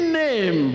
name